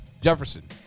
Jefferson